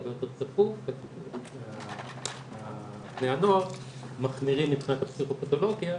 הרבה יותר צפוף ובני הנוער מחמירים מבחינת הפסיכופתולוגיה.